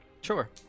Sure